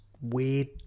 weird